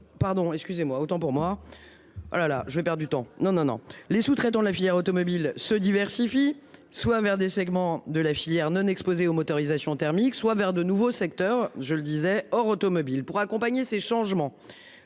pardon excusez-moi, autant pour moi. Voilà la je perds du temps. Non non non les sous-traitants la filière automobile se diversifie, soit vers des segments de la filière non exposés aux motorisations thermiques, soit vers de nouveaux secteurs, je le disais hors automobile pour accompagner ces changements,